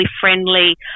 friendly